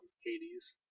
Hades